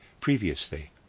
previously